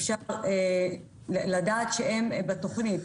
אפשר לדעת שהם בתוכנית.